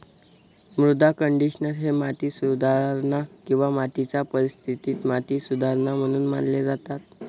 मृदा कंडिशनर हे माती सुधारणा किंवा मातीच्या परिस्थितीत माती सुधारणा म्हणून मानले जातात